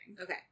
Okay